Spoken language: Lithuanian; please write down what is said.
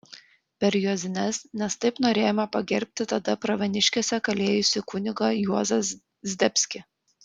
per juozines nes taip norėjome pagerbti tada pravieniškėse kalėjusi kunigą juozą zdebskį